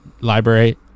Library